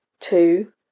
Two